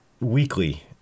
weekly